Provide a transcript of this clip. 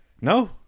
No